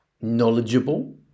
knowledgeable